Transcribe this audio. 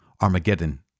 Armageddon